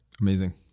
Amazing